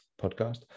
podcast